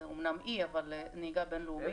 זה אומנם אי, אבל נהיגה בין-לאומית.